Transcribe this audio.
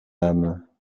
âme